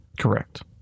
Correct